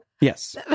Yes